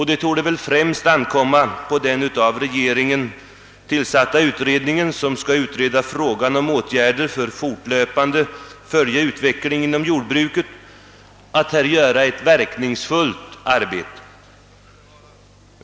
Det torde väl främst ankomma på den av regeringen tillsatta utredningen som skall handlägga frågan om »åtgärder för att fortlöpande kunna följa utvecklingen inom jordbruket» att här göra ett verkningsfullt arbete.